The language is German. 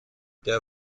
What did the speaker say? der